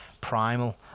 primal